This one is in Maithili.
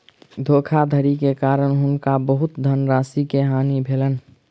धोखाधड़ी के कारण हुनका बहुत धनराशि के हानि भेलैन